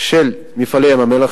של "מפעלי ים-המלח",